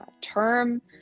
term